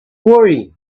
worry